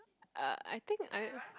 uh I think I